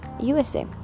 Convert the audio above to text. USA